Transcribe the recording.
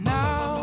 now